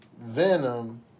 Venom